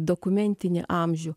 dokumentinį amžių